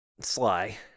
Sly